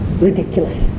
Ridiculous